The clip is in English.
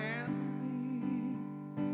enemies